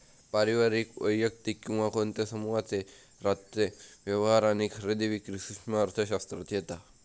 पारिवारिक, वैयक्तिक किंवा कोणत्या समुहाचे रोजचे व्यवहार आणि खरेदी विक्री सूक्ष्म अर्थशास्त्रात येता